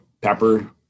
pepper